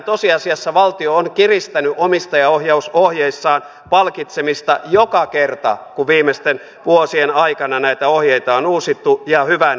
tosiasiassa valtio on kiristänyt omistajaohjausohjeissaan palkitsemista joka kerta kun viimeisten vuosien aikana näitä ohjeita on uusittu ja hyvä niin